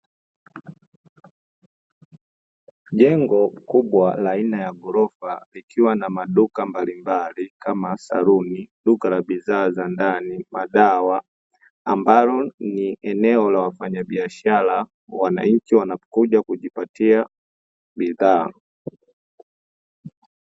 Jengo kubwa la aina ya ghorofa likiwa na maduka mbalimbali kama saluni, duka la bidhaa za ndani, madawa, ambalo ni eneo la wafanyabiashara wananchi wanakuja kujipatia bidhaa.